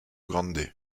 grande